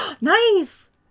Nice